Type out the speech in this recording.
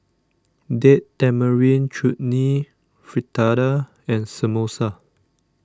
Date Tamarind Chutney Fritada and Samosa